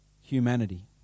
humanity